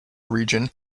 region